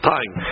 Time